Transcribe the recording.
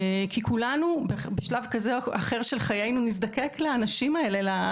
כי כולנו בשלב כזה או אחר של חיינו נזדקק לאנשים האלה,